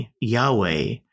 Yahweh